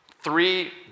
three